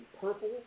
purple